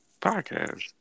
podcast